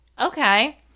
Okay